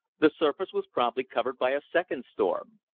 the surface was promptly covered by a second storm.